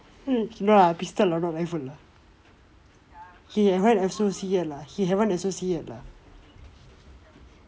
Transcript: mm no lah pistol lah not rifle lah he haven't S_O_C yet lah he haven't S_O_C yet lah